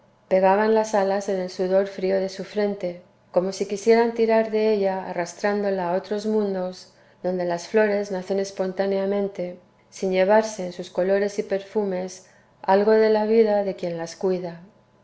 pegaban las alas en el sudor frío de su frente como si quisieran tirar de ella arrastrándola a otros mundos donde las flores nacen espontáneamente sin llevarse en sus colores y perfumes algo de la vida de quien las cuida